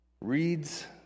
reads